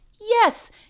Yes